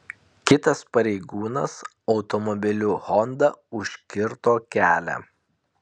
kitas pareigūnas automobiliu honda užkirto kelią